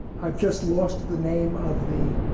i've just lost the name of the